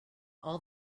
all